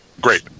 great